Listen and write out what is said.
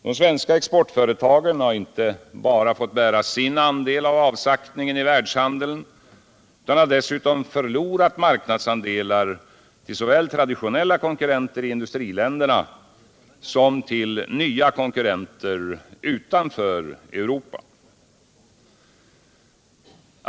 De svenska exportföretagen har inte bara fått bära sin andel av avsaktningen i världshandeln utan dessutom förlorat marknadsandelar såväl till traditionella konkurrenter i industriländerna som till nya konkurrenter utanför Europa.